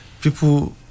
People